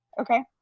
okay